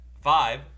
Five